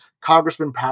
Congressman